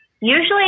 usually